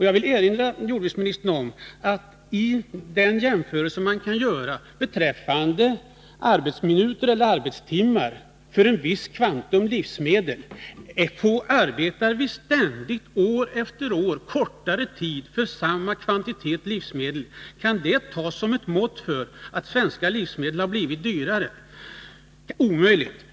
Jag vill erinra jordbruksministern om att i den jämförelse som man kan göra beträffande det antal arbetsminuter eller arbetstimmar som krävs för ett visst kvantum livsmedel visar det sig att vi ständigt, år efter år, arbetar kortare tid för samma kvantitet. Kan det tas som ett mått på att svenska livsmedel har blivit dyrare? Omöjligen.